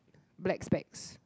black specs